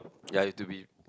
ya you have to be